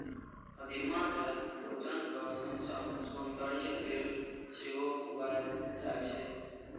कदीमा कें भोजनक संग संग सौंदर्य लेल सेहो उगायल जाए छै